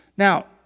Now